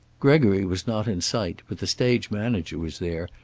gregory was not in sight, but the stage manager was there,